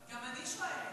גם אני שואלת.